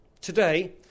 Today